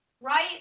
right